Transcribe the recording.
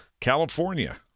California